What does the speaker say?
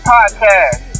Podcast